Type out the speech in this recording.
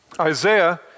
Isaiah